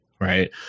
right